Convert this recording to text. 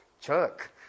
Chuck